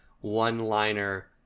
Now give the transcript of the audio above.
one-liner